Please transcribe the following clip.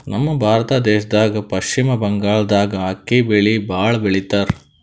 ನಮ್ ಭಾರತ ದೇಶದ್ದ್ ಪಶ್ಚಿಮ್ ಬಂಗಾಳ್ದಾಗ್ ಅಕ್ಕಿ ಬೆಳಿ ಭಾಳ್ ಬೆಳಿತಾರ್